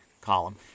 column